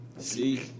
See